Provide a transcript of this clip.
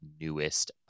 newest